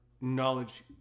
knowledge